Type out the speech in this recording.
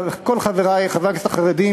כל חברי חברי הכנסת החרדים,